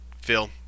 phil